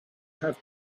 have